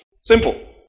Simple